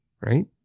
right